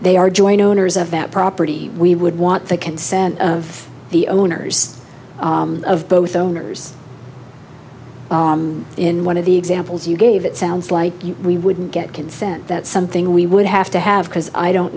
they are joint owners of that property we would want the consent of the owners of both owners in one of the examples you gave it sounds like you we wouldn't get consent that's something we would have to have because i don't